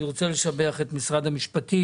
אני רוצה לשבח את משרד המשפטים.